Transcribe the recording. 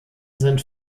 sind